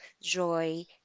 joy